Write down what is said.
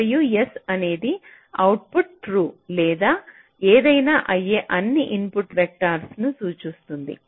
మరియు S అనేది output true లేదా ఏదైనా అయ్యే అన్ని ఇన్పుట్ వెక్టర్లను న్సూచిస్తుంది